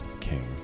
king